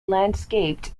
landscaped